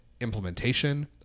implementation